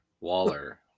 Waller